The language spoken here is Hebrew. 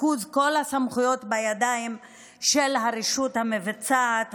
וריכוז כל הסמכויות בידיים של הרשות המבצעת,